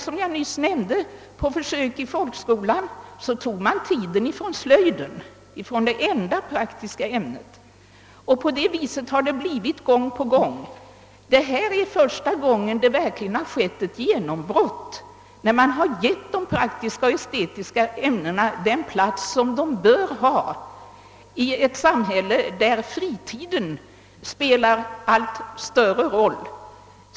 När vi på försök införde engelskan i folkskolan togs tiden från slöjden, alltså från det enda praktiska ämnet. Så har det gått gång på gång. Detta är första gången de praktiska och estetiska ämnena verkligen fått ett genombrott, det är första gången de fått den plats i skolan som de bör ha i ett samhälle där fritiden spelar allt större roll.